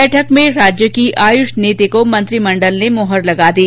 बैठक में राज्य की आयुष नीति को मंत्रीमंडल ने मुहर लगा दी